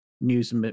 News